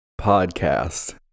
podcast